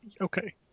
Okay